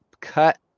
cut